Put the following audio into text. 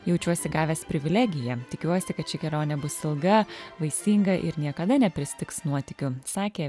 jaučiuosi gavęs privilegiją tikiuosi kad ši kelionė bus ilga vaisinga ir niekada nepristigs nuotykių sakė